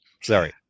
sorry